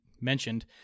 mentioned